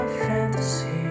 fantasy